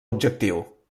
objectiu